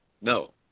no